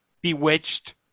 Bewitched